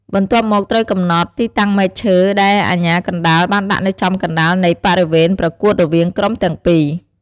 បន្ទាប់មក ត្រូវកំណត់ ទីតាំងមែកឈើ ដែលអាជ្ញាកណ្ដាលបានដាក់នៅចំកណ្ដាលនៃបរិវេនប្រកួតរវាងក្រុមទាំងពី